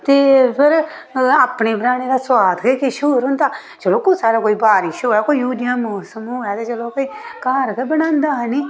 ते फिर अपने बनाने दा सोआद गै किश होर होंदा चलो कुसै लै कोई बारिश होऐ कोई उ'ऐ जेहा मौसम होऐ चलो कोई घर गै बनांदा हैनी